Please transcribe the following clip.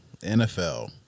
NFL